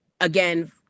again